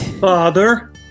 Father